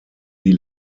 die